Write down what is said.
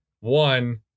One